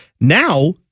Now